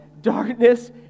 darkness